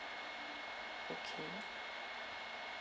okay